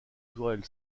tourelle